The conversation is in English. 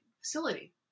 facility